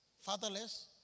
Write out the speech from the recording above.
fatherless